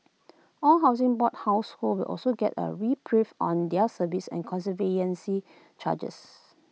all Housing Board households will also get A reprieve on their service and conservancy charges